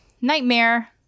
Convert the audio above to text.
Nightmare